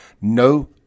No